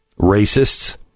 racists